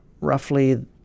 roughly